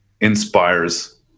inspires